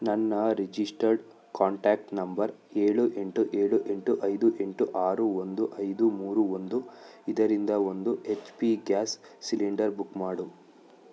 ನನ್ನ registered contact number ಏಳು ಎಂಟು ಏಳು ಎಂಟು ಐದು ಎಂಟು ಆರು ಒಂದು ಐದು ಮೂರು ಒಂದು ಇದರಿಂದ ಒಂದು H P gas cylinder book ಮಾಡು